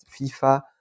FIFA